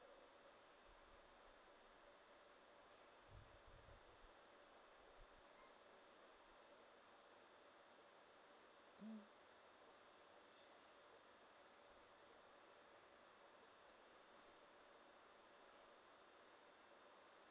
mm